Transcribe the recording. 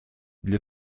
для